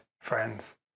friends